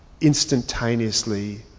instantaneously